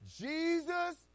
Jesus